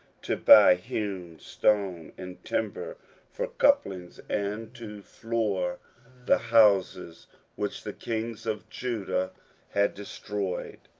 to buy hewn stone, and timber for couplings, and to floor the houses which the kings of judah had destroyed.